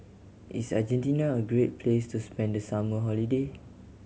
is Argentina a great place to spend the summer holiday